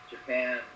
Japan